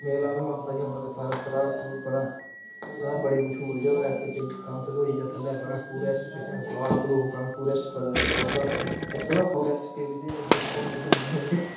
मेला मूला होंदा जि'यां मतलब साढ़े स्राढ़ स्रूढ़ बड़ा बड़ी मश्हूर जगह् ऐ इक जे काम्फिल होई गेआ थल्ले बड़ा टूरिस्ट जिस्सी क्लाक क्लूक टूरिस्ट इत्त गल्ला इत्त टूरिस्ट टीवी च एह् चीज घूमने पौंदी ऐ